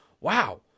wow